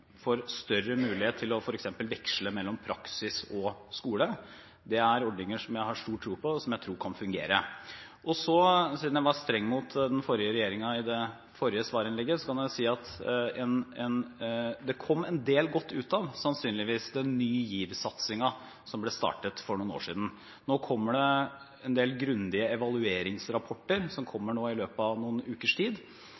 får større mulighet til f.eks. å veksle mellom praksis og skole. Det er ordninger som jeg har stor tro på, og som jeg tror kan fungere. Siden jeg var streng mot den forrige regjeringen i det forrige svarinnlegget, kan jeg si at det – sannsynligvis – kom en del godt ut av Ny GIV-satsingen som ble startet for noen år siden. Nå kommer det en del grundige evalueringsrapporter